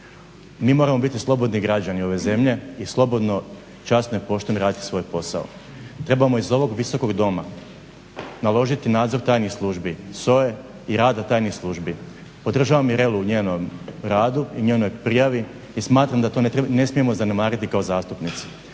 Mi moramo biti slobodni građani ove zemlje i slobodno i časno i pošteno raditi svoj posao. Trebamo iz ovog Visokog doma naložiti nadzor tajnih službi SOA-e i rada tajnih službi. Podržavam Mirelu u njenom radu i u njenoj prijavi i smatram da to ne smijemo zanemariti kao zastupnici